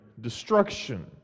destruction